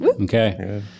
Okay